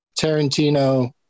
Tarantino